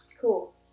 cool